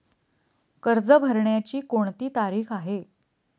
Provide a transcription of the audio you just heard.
कर्ज भरण्याची कोणती तारीख आहे?